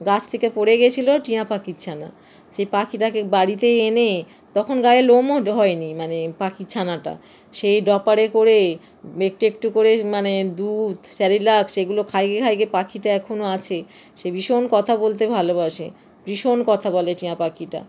গাছ থেকে পড়ে গেছিলো টিয়া পাখির ছানা সেই পাখিটাকে বাড়িতে এনে তখন গায়ে লোম ওট হয় নি মানে পাখির ছানাটা সেই ড্রপারে করে একটু একটু করে মানে দুধ সেরেলাক সেগুলো খাইয়ে খাইয়ে পাখিটা এখনো আছে সে ভীষণ কথা বলতে ভালোবাসে ভীষণ কথা বলে টিয়া পাখিটা